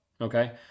okay